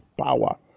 power